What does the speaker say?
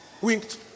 winked